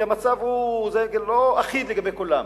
כי המצב אינו אחיד לגבי כולם,